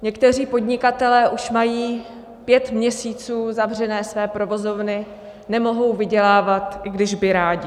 Někteří podnikatelé už mají pět měsíců zavřené své provozovny, nemohou vydělávat, i když by rádi.